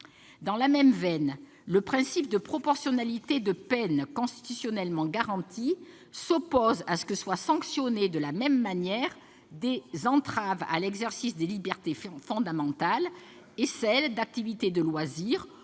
Dans la même veine, le principe de proportionnalité des peines, constitutionnellement garanti, s'oppose à ce que soient sanctionnées de la même manière des entraves à l'exercice des libertés fondamentales et celles d'activités de loisirs